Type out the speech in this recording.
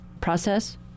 process